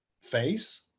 face